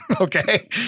okay